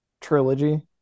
trilogy